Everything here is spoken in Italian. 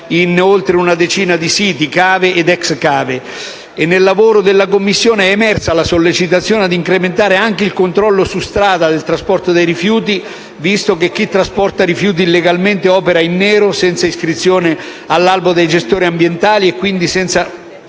in oltre una decina di siti, cave ed ex cave. Nel lavoro della Commissione è emersa la sollecitazione ad incrementare anche il controllo su strada del trasporto dei rifiuti, visto che chi trasporta rifiuti illegalmente opera in nero, senza iscrizione all'albo dei gestori ambientali e quindi senza